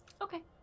Okay